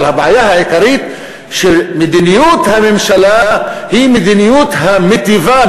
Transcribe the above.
אבל הבעיה העיקרית היא שמדיניות הממשלה היא מדיניות המיטיבה,